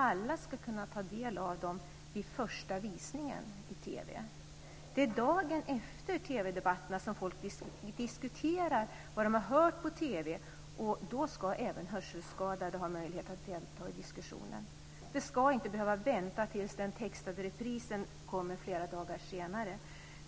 Alla ska kunna ta del av dem vid första visningen i TV. Det är dagen efter TV-debatterna som folk diskuterar vad de har hört på TV, och då ska även hörselskadade ha möjlighet att delta i diskussionen. De ska inte behöva vänta tills den textade reprisen kommer flera dagar senare.